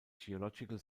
geological